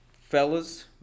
Fellas